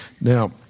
Now